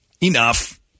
Enough